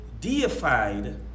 deified